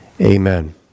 Amen